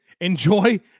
enjoy